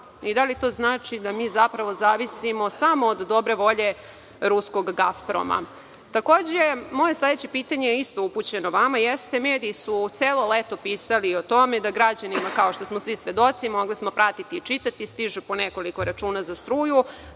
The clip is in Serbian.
i da li to znači da mi zapravo zavisimo samo od dobre volje Ruskog „Gasproma“.Takođe, moje sledeće pitanje je isto upućeno vama jeste, mediji su celo leto pisali o tome da građanima, kao što smo svi svedoci, mogli smo pratiti i čitati, stižu po nekoliko računa za struju,